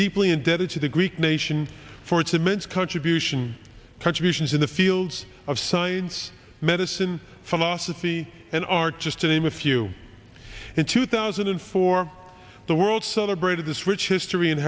deeply indebted to the greek nation for its immense contribution contributions in the fields of science medicine philosophy and art just to name a few in two thousand and four the world celebrated this rich history